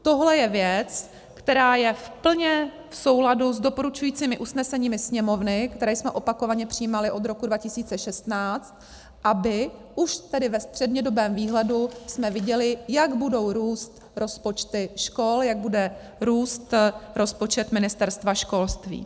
Tohle je věc, která je plně v souladu s doporučujícími usneseními Sněmovny, která jsme opakovaně přijímali od roku 2016, abychom už ve střednědobém výhledu viděli, jak budou růst rozpočty škol, jak bude růst rozpočet Ministerstva školství.